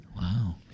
wow